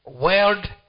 world